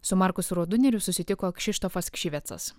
su markusu roduneriu susitiko kšištofas kšivecas